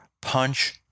punch